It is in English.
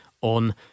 on